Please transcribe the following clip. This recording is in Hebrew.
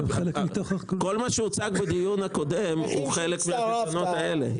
כל מה שהוצג בדיון הקודם הוא חלק מהפתרונות האלה.